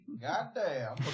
Goddamn